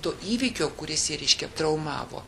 to įvykio kuris jį reiškia traumavo